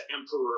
emperor